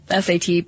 SAT